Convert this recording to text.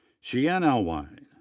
shianne alwine.